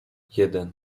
jeden